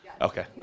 Okay